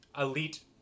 elite